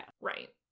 Right